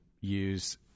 use